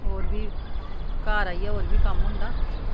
होर बी घर आइयै होर बी कम्म होंदा